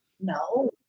No